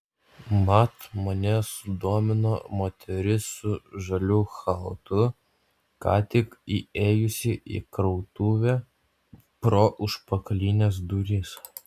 mat mane sudomino moteris su žaliu chalatu ką tik įėjusi į krautuvę pro užpakalines duris